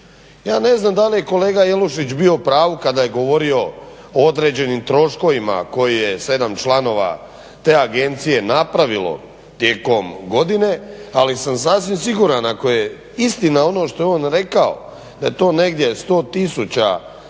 Ja ne znam da li je kolega Jelušić bio u pravu kada je govorio o određenim troškovima koje je 7 članova te agencije napravilo tijekom godine. Ali sam sasvim siguran ako je istina ono što je on rekao, da je to negdje 100 tisuća